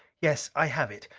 yes, i have it.